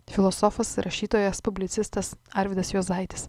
filosofas rašytojas publicistas arvydas juozaitis